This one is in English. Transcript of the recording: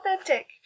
authentic